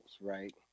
right